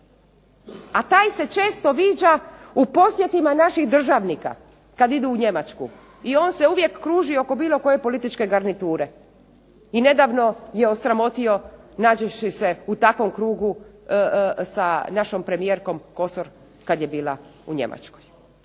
A taj se često viđa u posjetima naših državnika kada idu u Njemačku i on uvijek kruži oko bilo koje političke garniture i nedavno je osramotio nađevši se u takvom krugu sa našom premijerkom Kosor kada je bila u Njemačkoj.